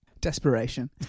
Desperation